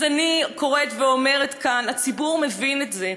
אז אני קוראת ואומרת כאן: הציבור מבין את זה.